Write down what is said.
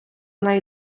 вона